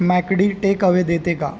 Mac D takeaway देते का